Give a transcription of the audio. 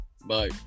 Bye